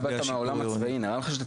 אתה באת מהעולם הצבאי נראה לך שאתה